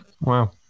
Wow